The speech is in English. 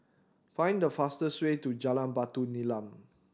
find the fastest way to Jalan Batu Nilam